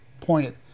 pointed